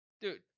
dude